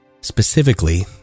specifically